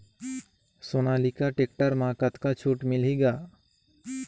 Sonalika tractor म कतका छूट मिलही ग?